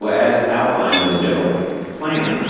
as outlined in the general plan, yeah